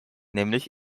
nämlich